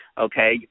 Okay